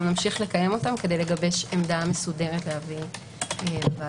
נמשיך לקיים אותם כדי לגבש עמדה מסודרת להביא לוועדה.